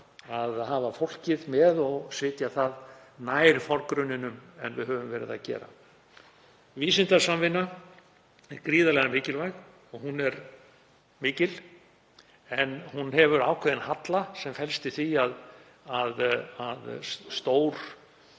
að hafa fólkið með og setja það nær forgrunninum en við höfum verið að gera. Vísindasamvinna er gríðarlega mikilvæg og hún er mikil en hún hefur ákveðinn halla sem felst í því að stór